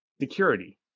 security